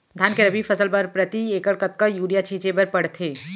धान के रबि फसल बर प्रति एकड़ कतका यूरिया छिंचे बर पड़थे?